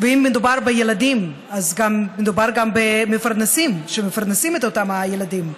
ואם מדובר בילדים אז מדובר גם מפרנסים שמפרנסים את אותם הילדים.